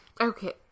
Okay